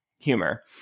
humor